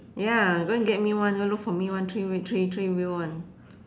ya go and get me one go and look for me one three we three three wheel one